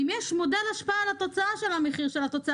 האם יש מודל השפעה על התוצאה של המחיר של התוצר.